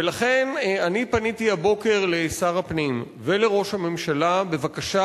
ולכן אני פניתי הבוקר לשר הפנים ולראש הממשלה בבקשה